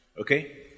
Okay